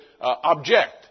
object